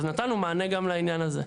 אז נתנו מענה גם לעניין הזה.